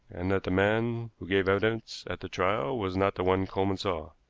and that the man who gave evidence at the trial was not the one coleman saw.